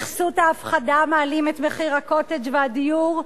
בכסות ההפחדה מעלים את מחיר ה"קוטג'" והדיור,